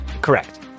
Correct